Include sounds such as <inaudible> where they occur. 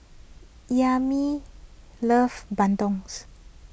<unintelligible> loves Bandungs